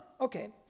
okay